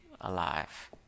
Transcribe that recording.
alive